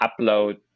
upload